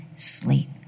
sleep